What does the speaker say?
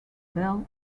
belle